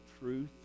truth